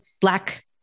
Black